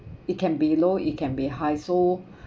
it can be low it can be high so